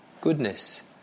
goodness